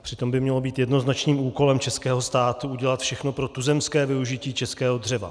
Přitom by mělo být jednoznačným úkolem českého státu udělat všechno pro tuzemské využití českého dřeva.